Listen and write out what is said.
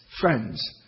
friends